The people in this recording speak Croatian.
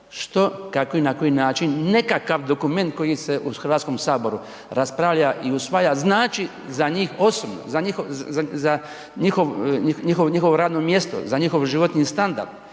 što, kako i na koji način, nekakav dokument koji se u Hrvatskom saboru raspravlja i usvaja znači za njih osobno, za njihovo radno mjesto, za njihov životni standard